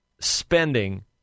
spending